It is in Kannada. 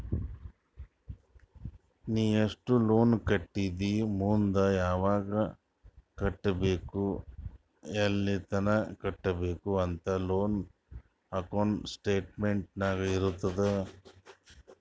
ನೀ ಎಸ್ಟ್ ಲೋನ್ ಕಟ್ಟಿದಿ ಮುಂದ್ ಯಾವಗ್ ಕಟ್ಟಬೇಕ್ ಎಲ್ಲಿತನ ಕಟ್ಟಬೇಕ ಅಂತ್ ಲೋನ್ ಅಕೌಂಟ್ ಸ್ಟೇಟ್ಮೆಂಟ್ ನಾಗ್ ಇರ್ತುದ್